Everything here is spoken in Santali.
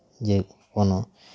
ᱡᱮᱠᱳᱱᱳ